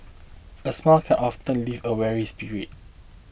a smile can often lift a weary spirit